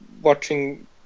watching